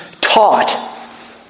taught